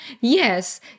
Yes